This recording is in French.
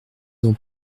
ont